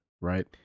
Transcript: Right